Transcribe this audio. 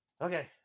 okay